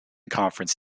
conference